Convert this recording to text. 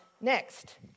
Next